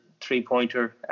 three-pointer